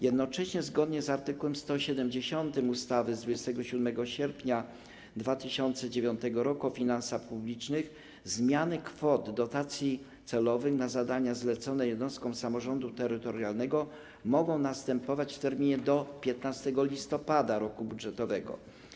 Jednocześnie zgodnie z art. 170 ustawy z 27 sierpnia 2009 r. o finansach publicznych zmiany kwot dotacji celowych na zadania zlecone jednostkom samorządu terytorialnego mogą następować w terminie do 15 listopada roku budżetowego.